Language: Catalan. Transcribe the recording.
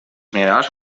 minerals